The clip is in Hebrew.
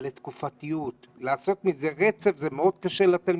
אבל לתקופה, לעשות מזה רצף זה מאוד קשה לתלמידים,